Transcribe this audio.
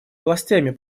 властями